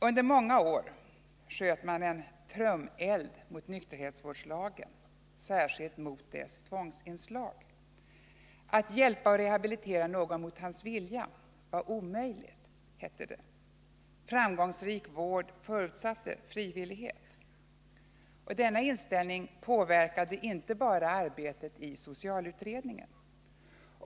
Under många år sköt man en trumeld mot nykterhetsvårdslagen, särskilt mot dess tvångsinslag. Att hjälpa och rehabilitera någon mot hans vilja var omöjligt, hette det. Framgångsrik vård förutsatte frivillighet. Denna inställning påverkade inte bara arbetet i socialutredningen.